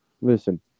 Listen